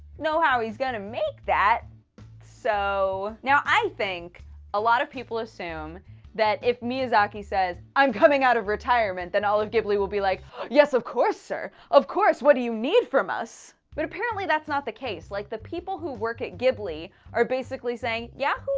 know how he's gonna make that soooo. so now i think a lot of people assume that if miyazaki says i'm coming out of retirement, then all of ghibli would be like yes, of course, sir! of course, what do you need from us? but apparently that's not the case. like, the people who work at ghibli are basically saying yeah?